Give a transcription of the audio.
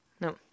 no